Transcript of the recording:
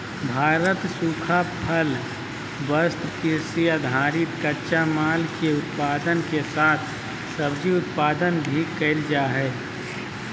भारत सूखा फल, वस्त्र, कृषि आधारित कच्चा माल, के उत्पादन के साथ सब्जी उत्पादन भी कैल जा हई